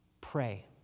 pray